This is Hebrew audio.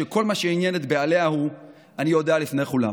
שכל מה שעניין את בעליה הוא: אני יודע לפני כולם.